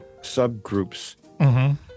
subgroups